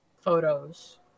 photos